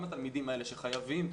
גם התלמידים האלה שחייבים,